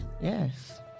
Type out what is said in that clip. Yes